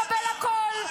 -- ולקבל הכול.